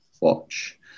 watch